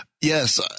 yes